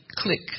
click